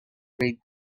braid